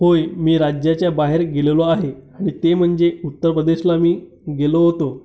होय मी राज्याच्या बाहेर गेलेलो आहे आणि ते म्हणजे उत्तर प्रदेशला मी गेलो होतो